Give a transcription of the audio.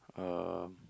um